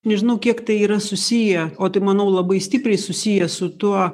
nežinau kiek tai yra susiję o tai manau labai stipriai susiję su tuo